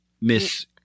Miss –